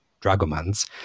dragomans